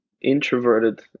introverted